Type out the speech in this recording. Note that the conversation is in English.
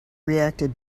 reacted